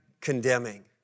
condemning